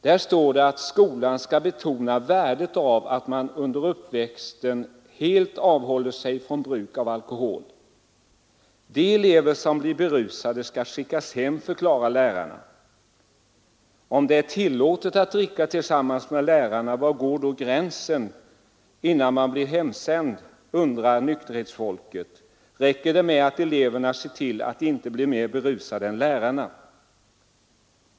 Där står det att skolan skall betona värdet av att man under uppväxten helt avhåller sig från bruk av alkohol. De elever som blir berusade skall skickas hem, förklarar lärarna. Om det är tillåtet att dricka tillsammans med lärarna, var går då gränsen innan man blir hemsänd, undrar nykterhetsfolket. Räcker det med att eleverna ser till att de inte blir mer berusade än lärarna?